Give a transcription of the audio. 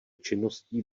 činností